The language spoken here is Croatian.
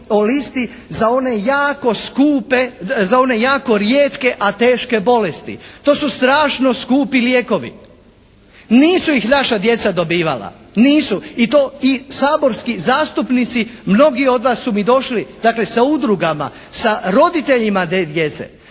govorili o listi za one jako rijetke, a teške bolesti. To su strašno skupi lijekovi. Nisu ih naša djeca dobivala, nisu i to i saborski zastupnici, mnogi od vas su mi došli, dakle sa udrugama, sa roditeljima te djece.